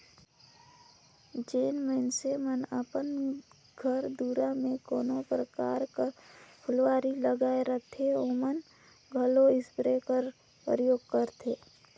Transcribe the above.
जेन मइनसे मन अपन घर दुरा में कोनो परकार कर फुलवारी लगाए रहथें ओमन घलो इस्पेयर कर परयोग करथे